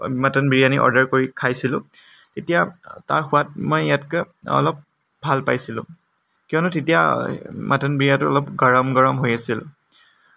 mutton biryani order কৰি খাইছিলোঁ তেতিয়া তাৰ সোৱাদ মই ইয়াতকৈ অলপ ভাল পাইছিলোঁ কিয়নো তেতিয়া মটন বিৰিয়ানিটো অলপ গৰম গৰম হৈ আছিল